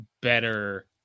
better